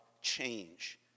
change